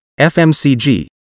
FMCG